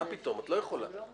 מה פתאום, את לא יכולה.